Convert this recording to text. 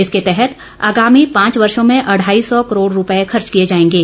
इसके तहत आगामी पांच वर्षो में अढ़ाई सौ करोड़ रूपये खर्च किए जाएगे